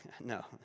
no